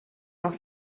auch